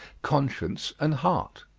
conscience and heart.